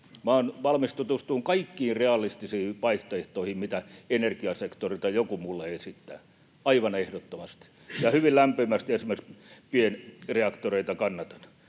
olen valmis tutustumaan kaikkiin realistisiin vaihtoehtoihin, mitä energiasektorilta joku minulle esittää, aivan ehdottomasti, ja hyvin lämpimästi esimerkiksi pienreaktoreita kannatan.